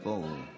מותר להתפנות.